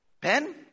pen